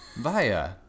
via